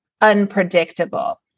unpredictable